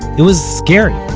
it was scary